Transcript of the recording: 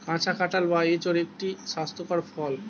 কাঁচা কাঁঠাল বা এঁচোড় একটি স্বাস্থ্যকর ফল